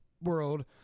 world